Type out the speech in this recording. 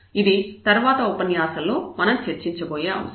ఇది తర్వాత ఉపన్యాసంలో మనం చర్చించబోయే అంశం